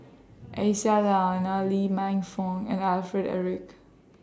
Aisyah Lyana Lee Man Fong and Alfred Eric